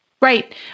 Right